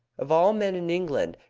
of all men in england,